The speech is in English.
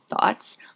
thoughts